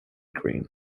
green